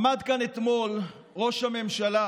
עמד כאן אתמול ראש הממשלה